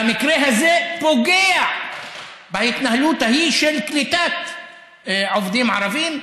והמקרה הזה פוגע בהתנהלות ההיא של קליטת עובדים ערבים,